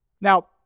Now